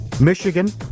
Michigan